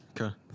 Okay